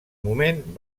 moment